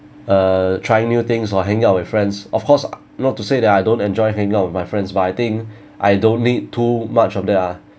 uh try new things or hanging out with friends of course not to say that I don't enjoy hanging out with my friends but I think I don't need too much of that ah